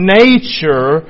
nature